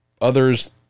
others